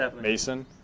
Mason